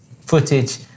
footage